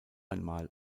einmal